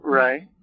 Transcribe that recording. right